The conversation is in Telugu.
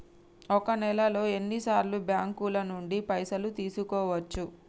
ఒక నెలలో ఎన్ని సార్లు బ్యాంకుల నుండి పైసలు తీసుకోవచ్చు?